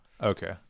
Okay